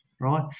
right